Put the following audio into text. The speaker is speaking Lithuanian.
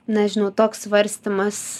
nežinau toks svarstymas